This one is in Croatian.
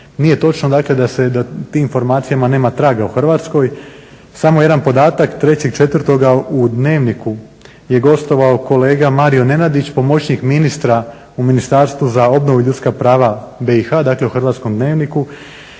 nije točno dakle da se, da informacijama nema traga u Hrvatskoj. Samo jedan podatak, 3.4. u dnevniku je gostovao kolega Mario Nenadić pomoćnik ministra u Ministarstvu za obnovu i ljudska prava BIH, dakle u Hrvatskom dnevniku